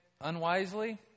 unwisely